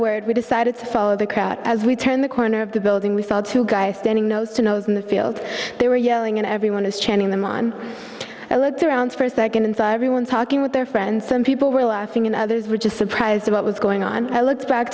word we decided to follow the crowd as we turned the corner of the building we saw two guys standing nose to nose in the field they were yelling and everyone is cheering them on i looked around for us that going inside everyone's talking with their friends some people were laughing and others were just surprised what was going on i looked back